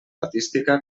artística